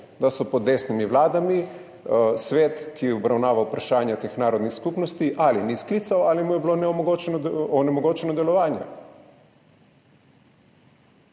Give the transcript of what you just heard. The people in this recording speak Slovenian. da pod desnimi vladami sveta, ki obravnava vprašanja teh narodnih skupnosti, niso sklicali ali mu je bilo onemogočeno delovanje,